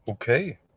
Okay